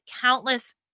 countless